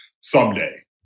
someday